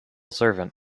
servant